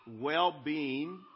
well-being